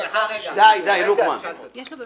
וזה מה